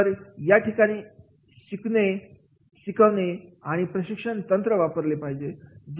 तरी या ठिकाणी शिकवणे हे प्रशिक्षण तंत्र वापरले जाते